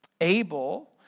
Abel